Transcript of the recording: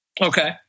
Okay